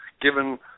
given